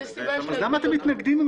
אז למה אתם מתנגדים?